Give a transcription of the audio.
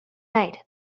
night